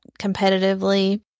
competitively